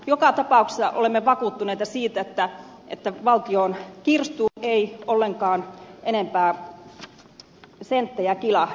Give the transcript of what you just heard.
joka tapauksessa olemme vakuuttuneita siitä että valtion kirstuun ei ollenkaan enempää senttejä kilahda